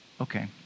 okay